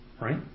Right